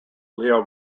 leo